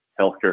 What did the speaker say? healthcare